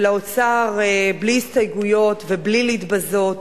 ולאוצר, בלי הסתייגויות, ובלי להתבזות,